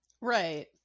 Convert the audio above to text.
right